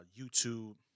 YouTube